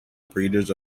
breeders